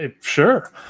Sure